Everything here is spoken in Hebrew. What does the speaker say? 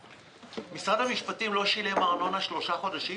משרד המשפטים לא שילם ארנונה שלושה חודשים?